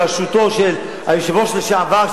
בראשותו של היושב-ראש לשעבר,